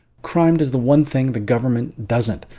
crime does the one thing the government doesn't.